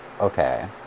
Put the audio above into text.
okay